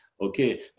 okay